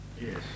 Yes